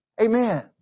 Amen